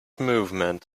movement